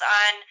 on